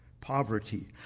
Poverty